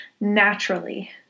naturally